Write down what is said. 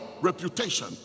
reputation